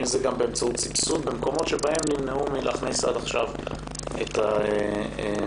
אם גם באמצעות סבסוד במקומות שבהם נמנעו מלהכניס עד עכשיו את האינטרנט.